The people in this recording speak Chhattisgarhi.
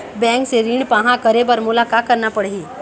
बैंक से ऋण पाहां करे बर मोला का करना पड़ही?